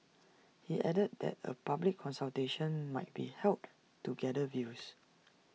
he added that A public consultation might be held to gather views